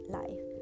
life